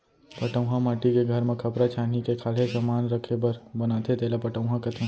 पटउहॉं माटी के घर म खपरा छानही के खाल्हे समान राखे बर बनाथे तेला पटउहॉं कथें